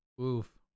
Oof